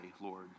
Lord